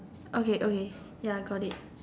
okay okay ya got it